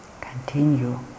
continue